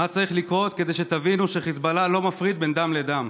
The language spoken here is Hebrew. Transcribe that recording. מה צריך לקרות כדי שתבינו שחיזבאללה לא מפריד בין דם לדם?